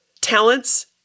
talents